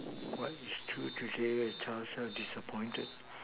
what is true today your child so disappointed